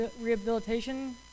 rehabilitation